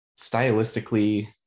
stylistically